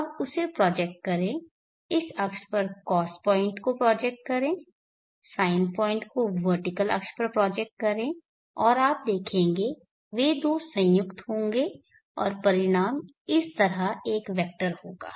अब उसे प्रोजेक्ट करें इस अक्ष पर कॉस पॉइंट को प्रोजेक्ट करें साइन पॉइंट को वर्टिकल अक्ष पर प्रोजेक्ट करें और आप देखेंगे कि वे दो संयुक्त होंगें और परिणाम इस तरह एक वेक्टर होगा